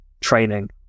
training